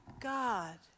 God